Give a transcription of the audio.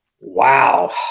Wow